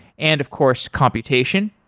and of course, computation.